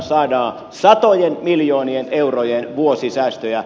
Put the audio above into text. saadaan satojen miljoonien eurojen vuosisäästöjä